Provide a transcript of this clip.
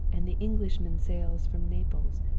and the englishman sails from naples,